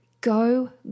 go